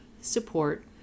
support